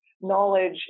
knowledge